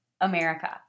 America